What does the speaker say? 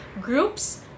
groups